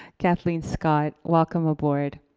kathleen scott, welcome aboard.